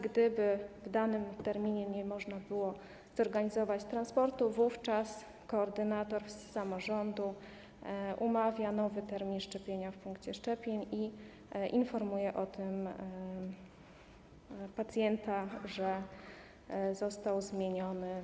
Gdyby w danym terminie nie można było zorganizować transportu, koordynator z samorządu umawia nowy termin szczepienia w punkcie szczepień i informuje pacjenta, że został on zmieniony.